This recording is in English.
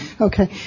Okay